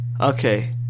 okay